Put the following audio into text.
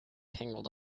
tangled